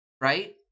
Right